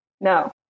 No